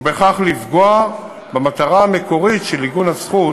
ובכך לפגוע במטרה המקורית של עיגון הזכות